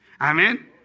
Amen